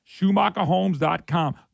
SchumacherHomes.com